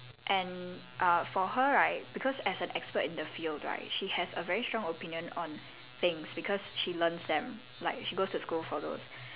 and uh for her right because as an expert in the field right she has a very strong opinion on things because she learns them like she goes to school for those